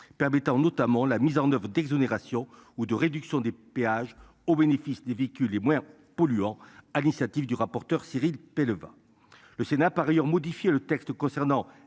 permettant notamment la mise en oeuvre d'exonérations ou de réduction des péages au bénéfice des véhicules les moins polluants. À l'initiative du rapporteur Cyril va le Sénat par ailleurs modifié le texte concernant